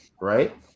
right